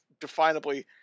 definably